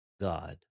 God